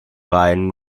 rein